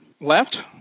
left